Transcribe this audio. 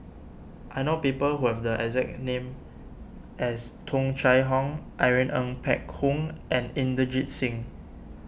I know people who have the exact name as Tung Chye Hong Irene Ng Phek Hoong and Inderjit Singh